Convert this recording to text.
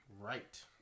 right